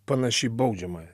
panaši į baudžiamąją